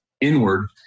inward